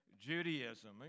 Judaism